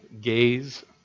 gaze